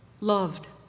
loved